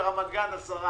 ורמת גן 10%,